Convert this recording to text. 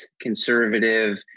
conservative